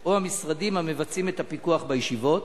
או המשרדים המבצעים את הפיקוח בישיבות?